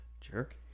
Jerk